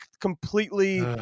completely –